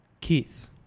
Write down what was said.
Keith